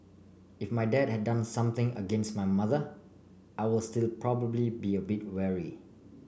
if my dad had done something against my mother I will still probably be a bit wary